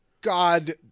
god